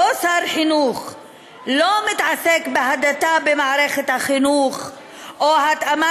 אותו שר חינוך לא מתעסק בהדתה במערכת החינוך או בהתאמת